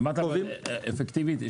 אמרת אפקטיבית?